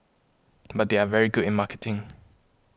but they are very good in marketing